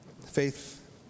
Faith